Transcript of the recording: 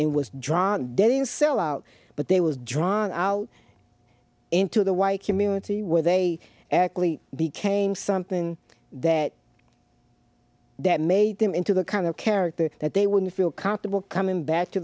in was drawn dead in sell out but there was drawn out into the white community where they actually became something that that made them into the kind of character that they wouldn't feel comfortable coming back to